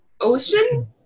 ocean